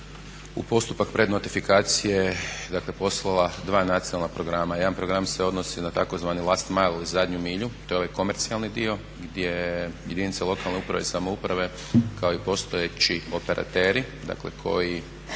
u postupak prednotifikacije dakle poslala dva nacionalna programa. Jedan program se odnosi na tzv. last mile, zadnju milju, to je ovaj komercijalni dio gdje jedinica lokalne uprave i samouprave kao i postojeći operateri koji